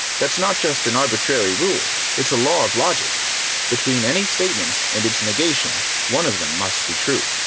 that's not just an arbitrary rule, it's a law of logic between any statement and its negation, one of them must be true.